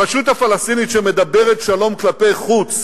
הרשות הפלסטינית, שמדברת שלום כלפי חוץ,